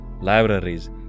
libraries